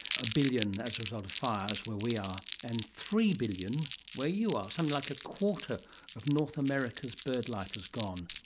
a billion as a result of fires where we are, and three billion where you are, something so um like a quarter of north america's birdlife has gone.